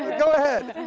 go ahead.